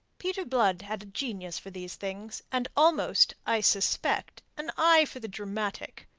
peter blood had a genius for these things, and almost, i suspect, an eye for the dramatic.